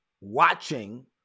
watching